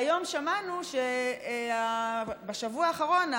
והיום שמענו, בשבוע האחרון,